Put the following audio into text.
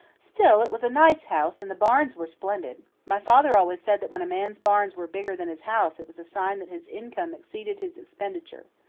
still, it was a nice house, and the barns were splendid. my father always said that when a man's barns were bigger than his house it was a sign that his income exceeded his expenditure.